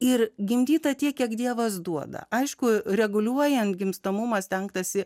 ir gimdyta tiek kiek dievas duoda aišku reguliuojant gimstamumą stengtasi